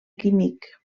químic